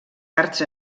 arts